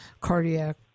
cardiac